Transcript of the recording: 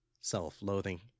Self-loathing